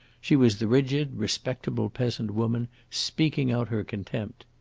she was the rigid, respectable peasant woman, speaking out her contempt.